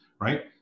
right